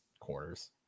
corners